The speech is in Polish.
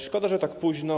Szkoda, że tak późno.